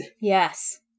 Yes